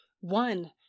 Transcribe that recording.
One